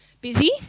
busy